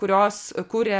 kurios kuria